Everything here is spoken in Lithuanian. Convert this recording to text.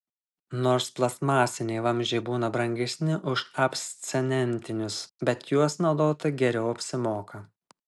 nors plastmasiniai vamzdžiai būna brangesni už asbestcementinius bet juos naudoti geriau apsimoka